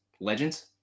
legends